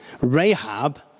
Rahab